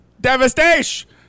Devastation